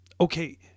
Okay